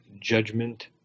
judgment